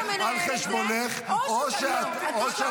אם זה לא מפריע, לא מפריע.